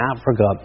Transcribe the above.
Africa